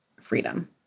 freedom